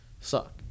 suck